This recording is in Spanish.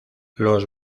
los